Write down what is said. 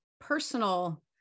personal